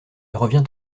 revient